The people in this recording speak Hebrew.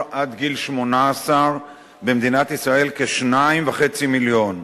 עד גיל 18 במדינת ישראל כ-2.5 מיליון.